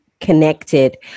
connected